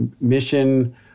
mission